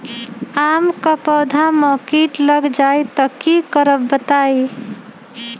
आम क पौधा म कीट लग जई त की करब बताई?